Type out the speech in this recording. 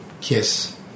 Kiss